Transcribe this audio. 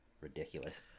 ridiculous